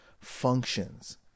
functions